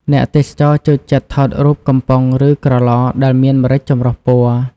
អ្នកទេសចរចូលចិត្តថតរូបកំប៉ុង ឬ ក្រឡដែលមានម្រេចចម្រុះពណ៌។